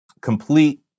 complete